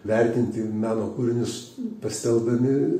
vertinti meno kūrinius pasitelkdami